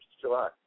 July